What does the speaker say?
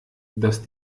dass